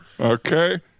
Okay